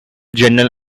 general